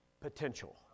potential